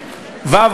ו.